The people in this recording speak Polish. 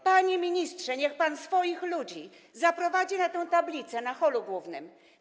Panie ministrze, niech pan swoich ludzi zaprowadzi pod tę tablicę w holu głównym.